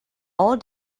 all